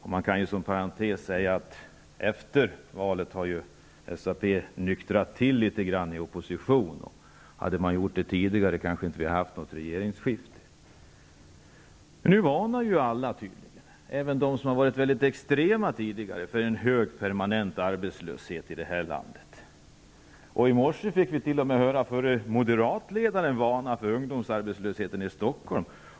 Inom parentes kan man säga att SAP efter valet ju har i opposition nyktrat till litet grand. Om man hade gjort det tidigare, hade det kanske inte blivit något regeringsskifte. Nu varnar alla -- även de som tidigare varit väldigt extrema -- för en hög permanent arbetslöhet i det här landet. I morse kunde vi t.o.m. höra förre moderatledaren varna för ungdomsarbetslösheten i Stockholm.